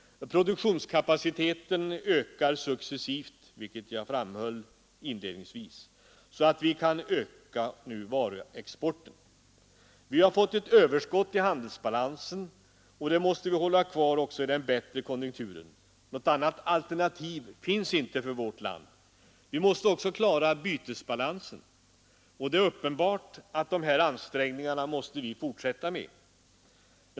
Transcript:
Produktionskapaciteten ökar successivt — vilket jag inledningsvis framhöll — så att vi nu kan öka varuexporten. Vi har fått ett överskott i handelsbalansen. Det måste vi hålla kvar även i den bättre konjunkturen. Något annat alternativ finns inte för vårt land. Vi måste också klara bytesbalansen. Det är alldeles uppenbart att vi måste fortsätta med dessa ansträngningar.